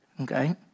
Okay